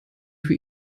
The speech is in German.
für